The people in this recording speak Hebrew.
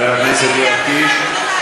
בבקשה, יואב קיש.